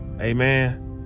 Amen